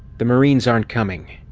the marines aren't coming.